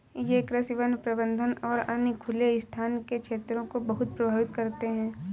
ये कृषि, वन प्रबंधन और अन्य खुले स्थान के क्षेत्रों को बहुत प्रभावित करते हैं